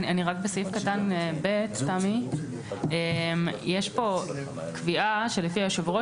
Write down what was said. בסעיף קטן (ב) יש פה קביעה שלפיה יושב-ראש